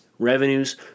revenues